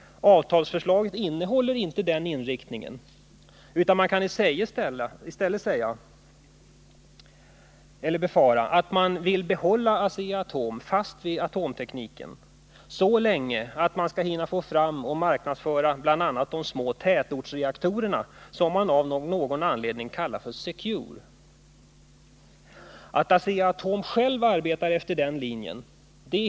Avtalsförslaget har inte den inriktningen, utan vi kan i stället befara att regeringen vill hålla Asea-Atom fast vid atomtekniken så länge att företaget skall hinna få fram och marknadsföra bl.a. de små tätortsreaktorer som av någon anledning kallas för Secure. Det är alldeles klart att Asea-Atom självt arbetar efter den linjen.